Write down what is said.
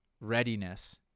readiness